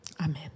Amen